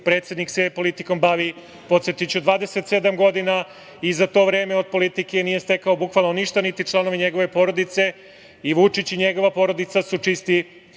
Predsednik se politikom bavi, podsetiću, 27 godina i za to vreme od politike nije stekao bukvalno ništa, niti članovi njegove porodice, i Vučić i njegova porodica su čisti